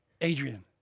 Adrian